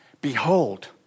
Behold